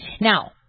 Now